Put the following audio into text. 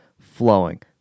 flowing